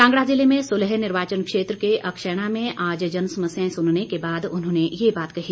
कांगड़ा ज़िले में सुलह निर्वाचन क्षेत्र के अक्षैणा में आज जनसमस्याएं सुनने के बाद उन्होंने ये बात कही